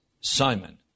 Simon